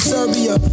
Serbia